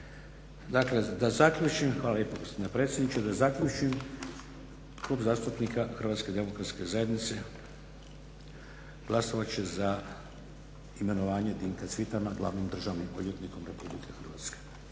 Dakle da zaključim, hvala lijepo gospodine predsjedniče, da zaključim, Klub zastupnika HDZ-a glasovat će za imenovanje Dinka Cvitana glavnim državnim odvjetnikom Republike Hrvatske.